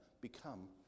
become